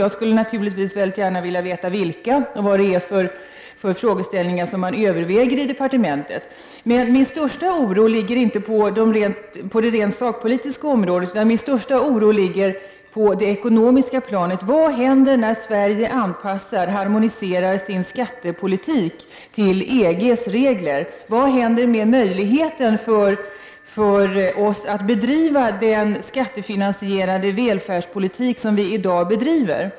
Jag skulle naturligtvis väldigt gärna vilja veta vilka de är och vad det är för frågeställningar som man överväger i departementet. Men min största oro ligger inte på det rent sakpolitiska området utan min största oro ligger på det ekonomiska planet. Vad händer när Sverige harmoniserar sin skattepolitik till EG:s regler? Vad händer med möjligheten för oss att bedriva den skattefinansierade välfärdspolitik som vi i dag bedriver?